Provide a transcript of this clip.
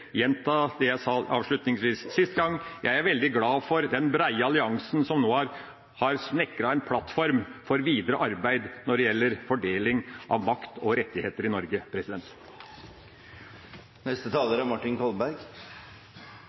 gjenta det jeg sa avslutningsvis i mitt første innlegg: Jeg er veldig glad for den brede alliansen som nå har snekret en plattform for videre arbeid når det gjelder fordeling av makt og rettigheter i Norge.